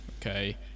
okay